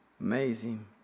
Amazing